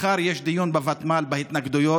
מחר יש דיון בוותמ"ל בהתנגדויות.